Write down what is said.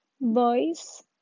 boys